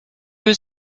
was